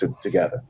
together